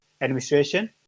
Administration